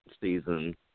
season